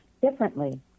differently